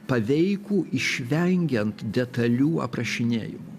paveikų išvengiant detalių aprašinėjimų